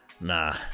Nah